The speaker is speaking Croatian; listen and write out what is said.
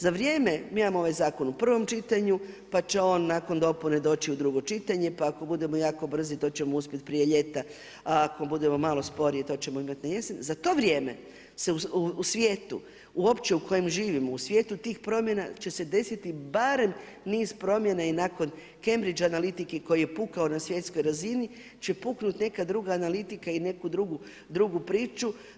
Za vrijeme, mi imamo ovaj zakon u prvom čitanju, pa će on nakon dopune doći u drugo čitanje, pa ako budemo jako brzi, to ćemo uspjeti prije ljeta, ako budemo malo sporiji, to ćemo imati na jesen, za to vrijeme se u svijetu uopće u kojem živimo, u svijetu tih promjena će se desiti barem niz promjena i nakon Cambridge analitike koji je pukao na svjetskoj razini, će puknuti neka druga analitika i neku drugu priču.